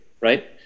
right